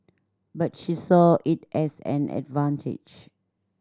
but she saw it as an advantage